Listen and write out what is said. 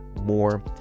more